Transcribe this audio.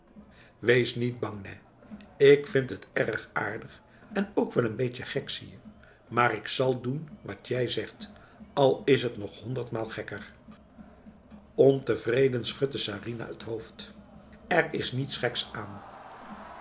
wees niet bang nèh ik vind het erg aardig en ook wel n beetje gek zie je maar ik zal doen wat jij zegt al is het nog honderdmaal gekker ontevreden schudde sarinah het hoofd er is niets geks aanf